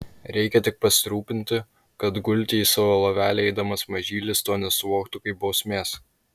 reikia tik pasirūpinti kad gulti į savo lovelę eidamas mažylis to nesuvoktų kaip bausmės